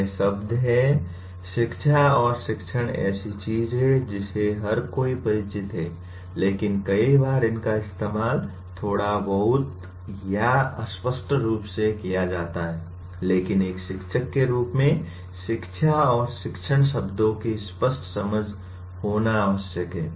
ये शब्द हैं शिक्षा और शिक्षण ऐसी चीज है जिससे हर कोई परिचित है लेकिन कई बार इनका इस्तेमाल थोड़ा बहुत या अस्पष्ट रूप से किया जाता है लेकिन एक शिक्षक के रूप में "शिक्षा" और "शिक्षण" शब्दों की स्पष्ट समझ होना आवश्यक है